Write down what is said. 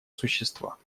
существа